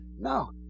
No